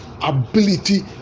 ability